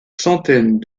centaines